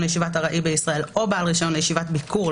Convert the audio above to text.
לישיבת ארעי בישראל או בעל רישיון לישיבת ביקור,